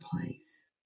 place